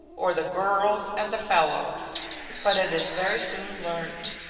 or the gurls and the fellows but it is very soon learnt.